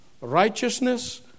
righteousness